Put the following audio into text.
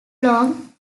long